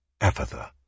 Ephatha